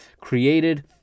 created